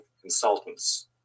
Consultants